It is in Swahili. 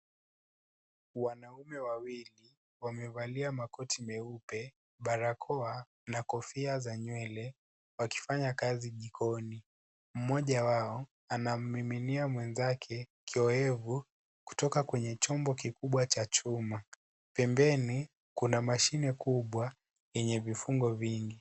Wanaume wawili wamevalia makoti meupe, barakoa na kofia za nywele wakifanya kazi jikoni, mmoja wao anamiminia mwenzake kiowevu kutoka kwenye chombo kikubwa cha chuma, pembeni kuna mashine kubwa yenye vifungo vingi.